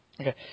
Okay